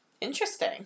Interesting